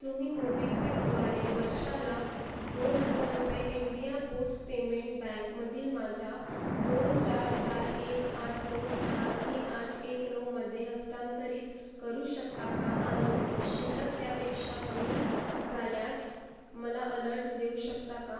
तुम्ही मोबिक्विकद्वारे वर्षाला दोन हजार रुपये इंडिया पोस्ट पेमेंट बँकमधील माझ्या दोन चार चार एक आठ नऊ सहा तीन आठ एक नऊमध्ये हस्तांतरित करू शकता का आणि शिल्लक त्यापेक्षा कमी झाल्यास मला अलर्ट देऊ शकता का